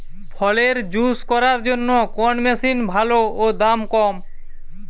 ফলের জুস করার জন্য কোন মেশিন ভালো ও দাম কম?